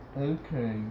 Okay